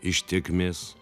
iš tėkmės